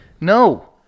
no